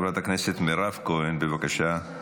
חברת הכנסת מירב כהן, בבקשה.